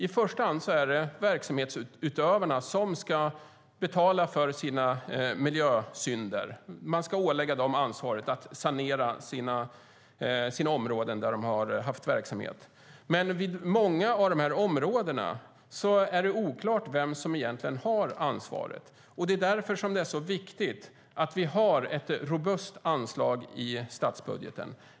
I första hand ska verksamhetsutövarna betala för sina miljösynder. Man ska ålägga dem ansvaret att sanera de områden där de haft verksamhet. Men för många av de här områdena är det oklart vem som egentligen har ansvaret. Det är därför det är så viktigt att vi har ett robust anslag i statsbudgeten.